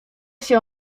się